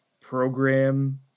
program